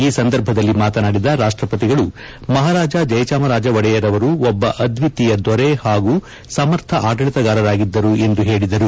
ಈ ಸಂದರ್ಭದಲ್ಲಿ ಮಾತನಾಡಿದ ರಾಷ್ಟಸತಿಗಳು ಮಹಾರಾಜ ಜಯಚಾಮರಾಜ ಒಡೆಯರ್ ಅವರು ಒಬ್ಬ ಅದ್ವಿತೀಯ ದೊರೆ ಹಾಗೂ ಸಮರ್ಥ ಆಡಳಿತಗಾರರಾಗಿದ್ದರು ಎಂದು ಹೇಳಿದರು